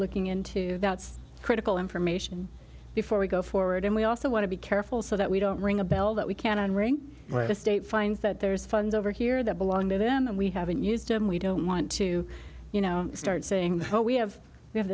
looking into that's critical information before we go forward and we also want to be careful so that we don't ring a bell that we can't unring the state finds that there's funds over here that belong to them and we haven't used them we don't want to you know start saying that we have to have